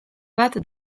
bat